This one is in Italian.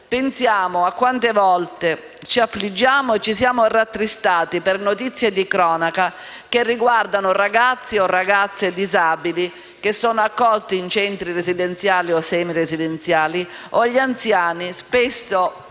Pensiamo a quante volte ci affliggiamo o ci siamo rattristati per notizie di cronaca che riguardano ragazzi e ragazze disabili accolti in centri residenziali o semiresidenziali; o anziani accolti